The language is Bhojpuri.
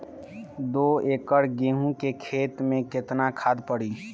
दो एकड़ गेहूँ के खेत मे केतना खाद पड़ी?